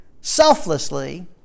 selflessly